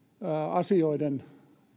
asioiden